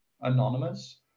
anonymous